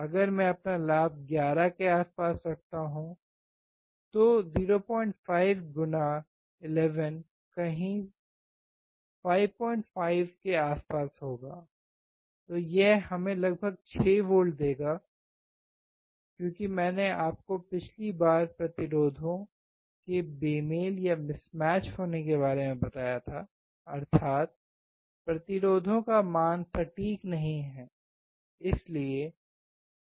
अगर मैं अपना लाभ 11 के आसपास रखता हूं तो 05 गुना 11 कहीं पर 55 के आसपास होगा तो यह हमें लगभग 6 वोल्ट देगा क्योंकि मैंने आपको पिछली बार प्रतिरोधों के बेमेल होने के बारे में बताया था अर्थात प्रतिरोधों का मान सटीक नहीं है इसीलिए